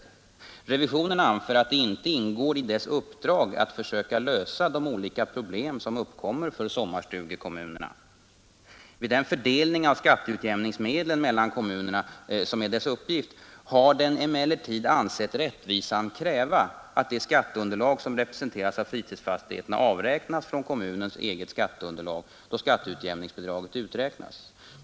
Revisionen anför att det inte ingår i dess uppdrag att försöka lösa de olika problem som uppkommer för sommarstugekommunerna. Vid den fördelning av skatteutjämningsmedlen mellan kommunerna, som är dess uppgift, har den emellertid ansett rättvisan kräva, att det skatteunderlag som representeras av fritidsfastigheterna avräknas från kommunens eget skatteunderlag då skatteutjämningsbidraget uträknas.